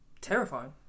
Terrifying